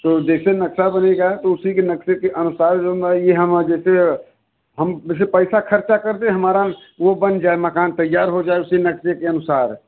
तो देखिए जैसे नक़्शा बनेगा उसी के नक़्शे के अनुसार वो जैसे हम जैसे पैसा ख़र्च करते हैं हमारा वो बन जाए मकान तैयार हो जाए इसी नक़्शे के अनुसार